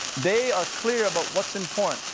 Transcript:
they are clear but what's important.